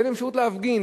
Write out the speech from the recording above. אין להם אפשרות להפגין,